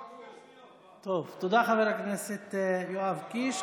תודה, חבר הכנסת יואב קיש.